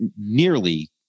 nearly